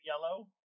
yellow